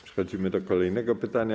Przechodzimy do kolejnego pytania.